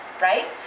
right